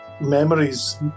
memories